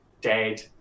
dead